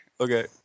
Okay